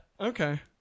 Okay